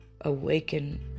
awaken